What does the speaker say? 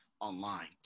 online